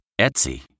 Etsy